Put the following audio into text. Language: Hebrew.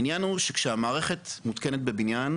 העניין הוא שכשהמערכת מותקנת בבניין,